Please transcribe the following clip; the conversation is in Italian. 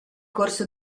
corso